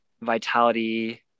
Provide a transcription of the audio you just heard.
Vitality